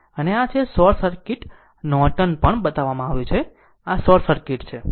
અને આ છે શોર્ટ સર્કિટ નોર્ટન પણ બતાવ્યું કે આ શોર્ટ સર્કિટ છે